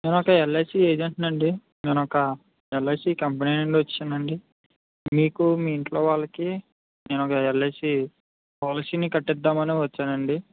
నేను ఒక ఎల్ఐసి ఏజెంట్ని అండి నేను ఒక ఎల్ఐసి కంపెనీ నుండి వచ్చాను అండి మీకు మీ ఇంట్లో వాళ్ళకి నేను ఒక ఎల్ఐసి పాలసీని కట్టించుదాము అని వచ్చాను అండి